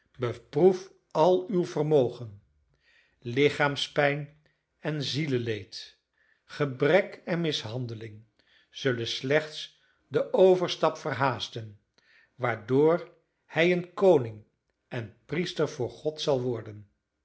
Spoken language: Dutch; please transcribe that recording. beproef al uw vermogen lichaamspijn en zieleleed gebrek en mishandeling zullen slechts den overstap verhaasten waardoor hij een koning en priester voor god zal worden